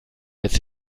jetzt